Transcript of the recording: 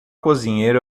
cozinheiro